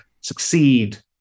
succeed